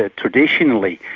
ah traditionally,